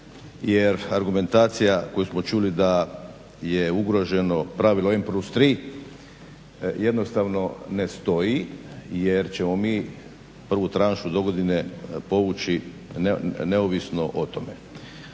jer argumentacija koju smo čuli da je ugroženo pravilo N plus 3 jednostavno ne stoji jer ćemo mi prvu trasu dogodine povući neovisno o tome.